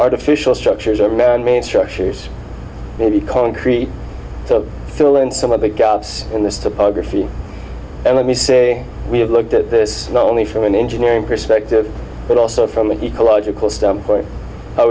artificial structures or manmade structures maybe concrete to fill in some a big gaps in this topography and let me say we have looked at this not only from an engineering perspective but also from